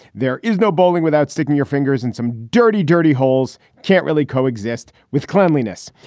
there is no bowling without sticking your fingers in some dirty, dirty holes. can't really coexist with cleanliness.